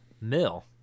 mill